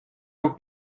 aux